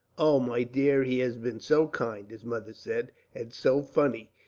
oh, my dear, he has been so kind, his mother said and so funny!